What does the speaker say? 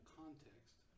context